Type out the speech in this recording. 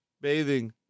Bathing